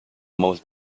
most